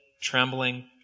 trembling